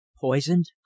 Poisoned